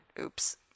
Oops